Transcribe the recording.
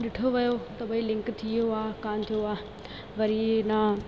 ॾिठो वियो त भई लिंक थी वियो आहे आहे कोन थियो आ्हे वरी इन